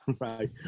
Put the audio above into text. right